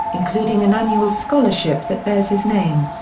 including an annual scholarship that bears his name.